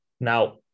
Now